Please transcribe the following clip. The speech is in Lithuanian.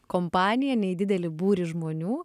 kompaniją ne į didelį būrį žmonių